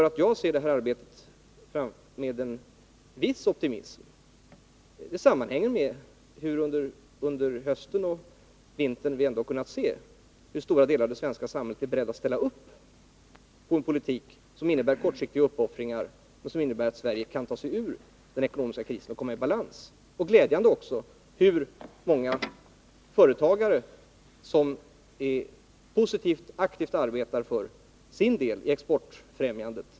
Att jag ser på det här arbetet med en viss optimism sammanhänger med att vi under hösten och vintern kunnat se hur stora delar av det svenska samhället är beredda att ställa upp på en politik som innebär kortsiktiga uppoffringar för att Sverige skall kunna ta sig ur den ekonomiska krisen och komma i balans. Det är också glädjande att se hur många företagare som aktivt och positivt arbetar för sin del av exportfrämjandet.